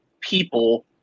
people